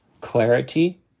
clarity